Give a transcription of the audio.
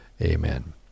Amen